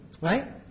right